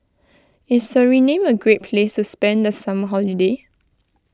is Suriname a great place to spend the summer holiday